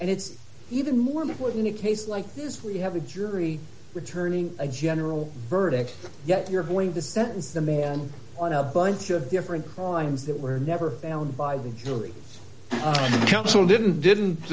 and it's even more important case like this where you have a jury returning a general verdict yet you're going to sentence the man on a bunch of different crimes that were never found by the jury counsel didn't didn't